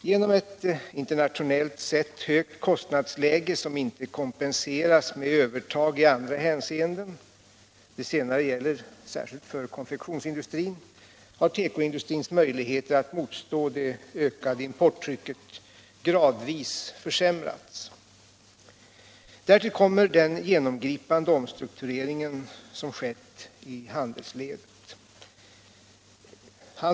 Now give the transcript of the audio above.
Genom ett internationellt sett högt kostnadsläge, som inte kom = Åtgärder för textilpenseras med övertag i andra hänseenden — det senare gäller särskilt — och konfektionsför konfektionsindustrin — har tekoindustrins möjligheter att motstå det — industrierna ökade importtrycket gradvis försämrats. Därtill kommer den genomgripande omstruktureringen av handeln.